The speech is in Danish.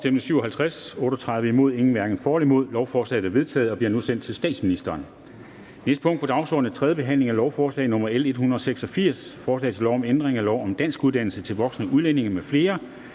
for eller imod stemte 0. Lovforslaget er vedtaget og bliver nu sendt til statsministeren. --- Det næste punkt på dagsordenen er: 8) 3. behandling af lovforslag nr. L 186: Forslag til lov om ændring af lov om danskuddannelse til voksne udlændinge m.fl.